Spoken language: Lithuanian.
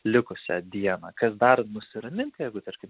likusią dieną kas dar nusiramint jeigu tarkim